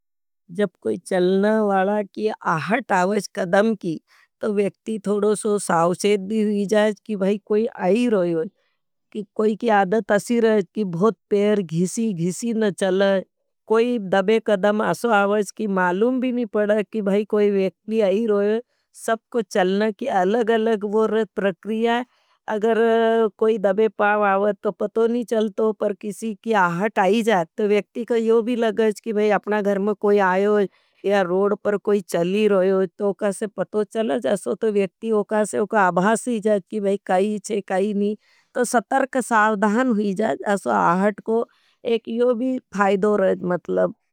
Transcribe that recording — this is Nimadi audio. जब कोई चलनावाला की आहट आवज कदम की, तो वेक्ती थोड़ो सो साउसेद भी ही जाएज की भाई कोई आही रोय होगी। कोई की आदत असी रहा है की बहुत पेर घिसी घिसी न चला, कोई दबे कदम असो आवज की मालूम भी नी पड़ा। की भाई कोई वेक्ती आही रोय होगी। सब को चलना की अलग अलग प्रक्रिया है, अगर कोई दबे पाव आवज तो पतो नी चलतो। पर किसी की आहट आई जाएज, वेक्ती को यो भी लगज की अपना घर में कोई आयोज। या रोड पर कोई चली रोयोज तो उकासे पतो चलज, असो तो वेक्ती उकासे उका अभास ही जाएज। कि काई ही चे, काई ही नी, तो सतर्क शावधान ही जाएज, असो आहट को एक यो भी फाइदो रहेज मतलब।